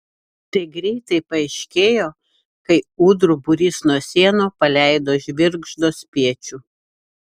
tai greitai paaiškėjo kai ūdrų būrys nuo sienų paleido žvirgždo spiečių